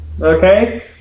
Okay